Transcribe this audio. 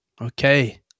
Okay